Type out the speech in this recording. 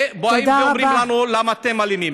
ובאים ושואלים אותנו: למה אתם אלימים.